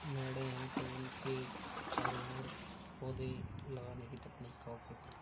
मैडें हैं तो उनके चारों ओर पौधे लगाने की तकनीक का उपयोग कर